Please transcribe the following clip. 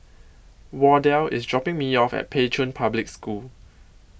Wardell IS dropping Me off At Pei Chun Public School